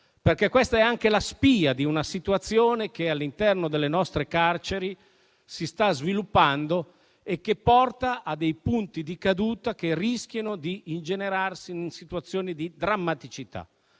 Questa è anche la spia di una situazione che all'interno delle nostre carceri si sta sviluppando e porta a dei punti di caduta che rischiano di ingenerarsi in situazioni di drammaticità.